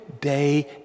day